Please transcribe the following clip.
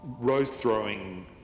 rose-throwing